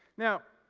now,